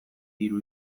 hiru